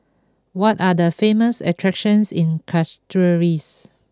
what are the famous attractions in Castries